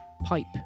pipe